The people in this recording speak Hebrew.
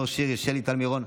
נאור שירי ושלי טל מירון.